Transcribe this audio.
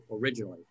originally